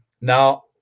now